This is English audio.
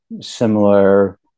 similar